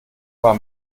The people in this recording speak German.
war